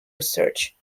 research